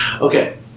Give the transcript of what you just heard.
okay